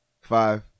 Five